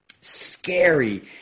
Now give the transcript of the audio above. scary